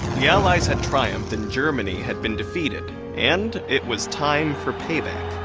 the allies had triumphed and germany had been defeated and it was time for payback.